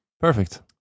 Perfect